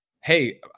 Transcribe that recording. Hey